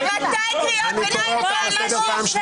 ממתי קריאת ביניים זו אלימות?